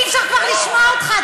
אי-אפשר כבר לשמוע אותך.